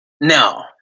No